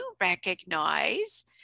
recognize